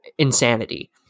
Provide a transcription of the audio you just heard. insanity